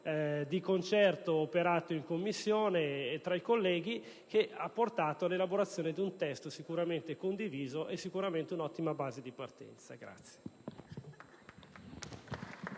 di concerto operato in Commissione e tra i colleghi, che ha portato all'elaborazione di un testo condiviso e che sicuramente è un'ottima base di partenza.